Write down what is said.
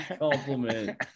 compliment